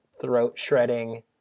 throat-shredding